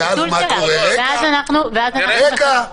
ואז אנחנו נחליט.